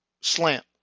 slant